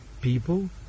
people